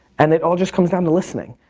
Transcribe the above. and it all just comes down to listening,